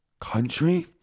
country